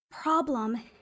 problem